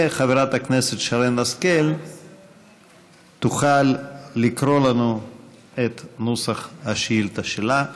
וחברת הכנסת שרן השכל תוכל לקרוא לנו את נוסח השאילתה שלה.